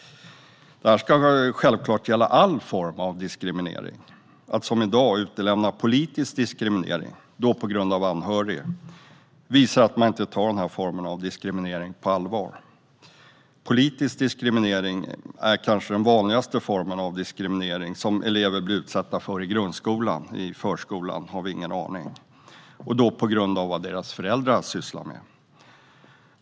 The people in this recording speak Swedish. Detta ska självklart gälla all form av diskriminering. Att som i dag utelämna politisk diskriminering, då på grund av anhörig, visar att man inte tar denna form av diskriminering på allvar. Politisk diskriminering är kanske den vanligaste formen av diskriminering som elever blir utsatta för i grundskolan - hur det är i förskolan har vi ingen aning om - på grund av vad deras föräldrar sysslar med.